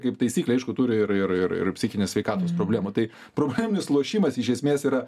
kaip taisyklė aišku turi ir ir ir psichinės sveikatos problemų tai probleminis lošimas iš esmės yra